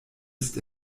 ist